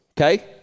okay